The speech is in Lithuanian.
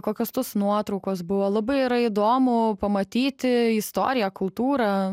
kokios tos nuotraukos buvo labai yra įdomu pamatyti istoriją kultūrą